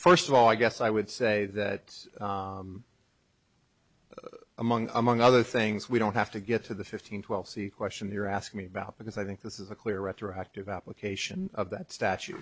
first of all i guess i would say that among among other things we don't have to get to the fifteen twelve see question you're asking me about because i think this is a clear retroactive application of that statu